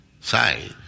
side